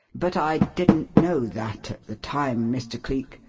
but i didn't know that at the time, mr. cleek,